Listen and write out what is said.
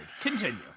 continue